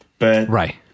Right